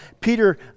Peter